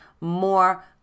more